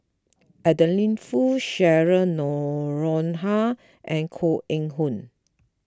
Adeline Foo Cheryl Noronha and Koh Eng Hoon